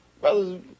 brothers